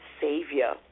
Savior